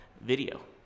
video